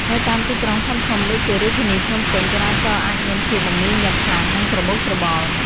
នៅតាមទីក្រុងធំៗដូចជារាជធានីភ្នំពេញ ចរាចរណ៍អាចមានភាព មមាញឹក ខ្លាំង និងច្របូកច្របល់។